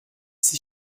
six